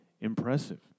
impressive